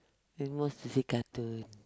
at most you see cartoon